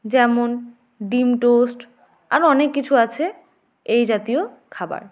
যেমন ডিম টোস্ট আরও অনেক কিছু আছে এই জাতীয় খাবার